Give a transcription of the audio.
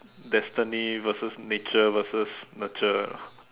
destiny versus nature versus nurture